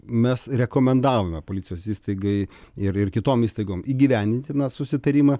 mes rekomendavome policijos įstaigai ir ir kitom įstaigom įgyvendintiną susitarimą